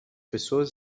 pessoas